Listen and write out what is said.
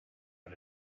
out